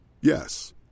Yes